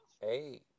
hey